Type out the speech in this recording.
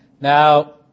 Now